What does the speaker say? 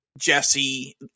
Jesse